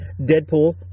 Deadpool